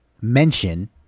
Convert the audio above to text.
mention